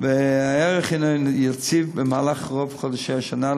והערך הוא יציב במהלך רוב חודשי השנה,